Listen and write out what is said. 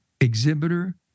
exhibitor